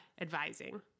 advising